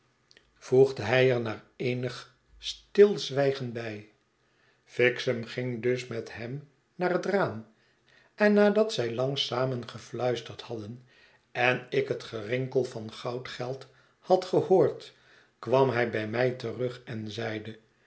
voegde hij er na eenig stilzwijgen bij fixem ging dus met hem naar het raam en nadat zij lang samen geiluisterd hadden en ik het gerinkel van goudgeld had gehoord kwam hij bij mij terug en zeide